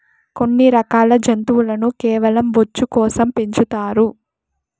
కొన్ని రకాల జంతువులను కేవలం బొచ్చు కోసం పెంచుతారు